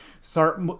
start